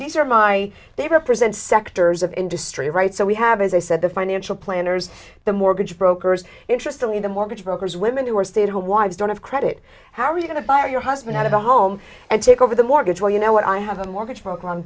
these are my they represent sectors of industry right so we have as i said the financial planners the mortgage brokers interestingly the mortgage brokers women who are stay at home wives don't have credit how are you going to buy your husband out of the home and take over the mortgage or you know what i have a mortgage broker on